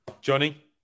johnny